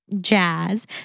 jazz